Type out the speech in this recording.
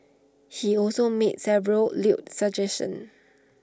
he also made several lewd suggestions